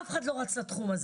אף אחד לא רץ לתחום הזה.